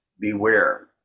beware